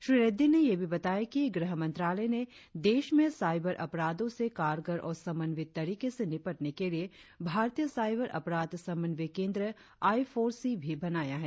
श्री रेड्डी ने यह भी बताया कि गृहमंत्रालय ने देश में साइबर अपराधों से कारगर और समन्वित तरीके से निपटने के लिए भारतीय साइबर अपराध समन्वय केंद्र आई फोर सी भी बनाया है